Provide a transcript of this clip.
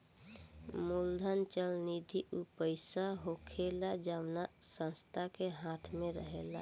मूलधन चल निधि ऊ पईसा होखेला जवना संस्था के हाथ मे रहेला